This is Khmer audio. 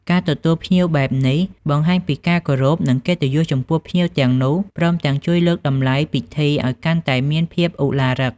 ការទទួលភ្ញៀវបែបនេះ បង្ហាញពីការគោរព និងកិត្តិយសចំពោះភ្ញៀវទាំងនោះ ព្រមទាំងជួយលើកតម្លៃពិធីឱ្យកាន់តែមានភាពឧឡារិក។